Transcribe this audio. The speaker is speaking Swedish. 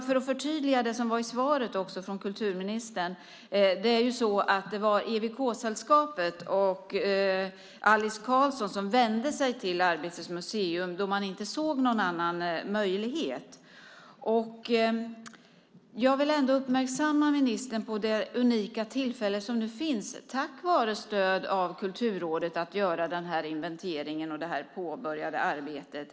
För att förtydliga det som stod i svaret från kulturministern vill jag säga att det var EWK-sällskapet och Alice Karlsson som vände sig till Arbetets museum då de inte såg någon annan möjlighet. Jag vill uppmärksamma ministern på det unika tillfälle som nu finns, tack vare stöd från Kulturrådet, att göra inventeringen och det påbörjade arbetet.